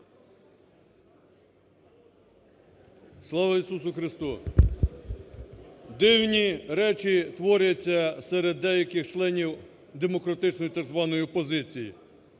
Слава Ісусу Христу! Дивні речі творяться серед деяких членів демократичної так званої опозиції.